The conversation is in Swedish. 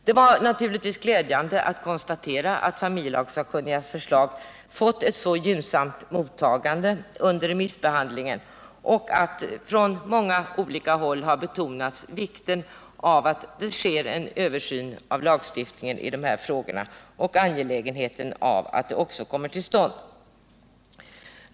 Det var naturligtvis glädjande att kunna konstatera att familjelagssakkunnigas förslag fick ett så gynnsamt mottagande under remissbehandlingen och att man på många håll betonat vikten av att det sker en översyn av lagstiftningen i dessa frågor och av att föreslagna ändringar också kommer till stånd.